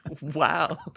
Wow